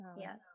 yes